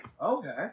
Okay